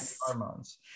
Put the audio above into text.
hormones